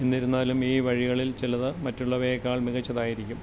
എന്നിരുന്നാലും ഈ വഴികളിൽ ചിലത് മറ്റുള്ളവയേക്കാൾ മികച്ചതായിരിക്കും